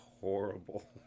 horrible